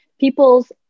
people's